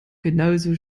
genauso